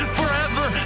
forever